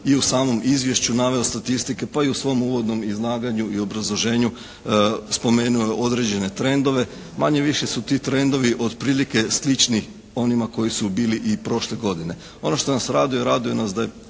i u samom izvješću naveo statistike pa i u svom uvodnom izlaganju i obrazloženju spomenuo je određene trendove. Manje-više su ti trendovi otprilike slični onima koji su bili i prošle godine. Ono što nas raduje raduje nas da je